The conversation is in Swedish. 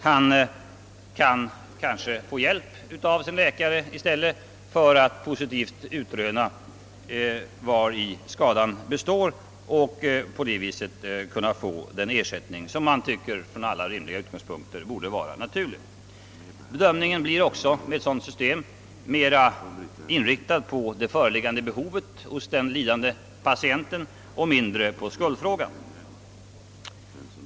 Patienten kan kanske få hjälp av sin läkare för att positivt utröna vari skadan består och på det viset få hjälp att hävda kravet på ersättning. Bedömningen blir också med ett sådant system mer inriktad på det föreliggande behovet hos den lidande patienten och mindre på skuldfrågan.